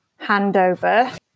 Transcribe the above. handover